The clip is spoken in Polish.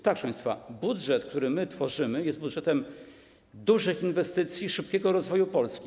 Tak, proszę państwa, budżet, który my tworzymy, jest budżetem dużych inwestycji, szybkiego rozwoju Polski.